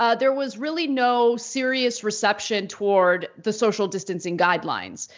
ah there was really no serious reception toward the social distancing guidelines.